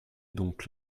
donc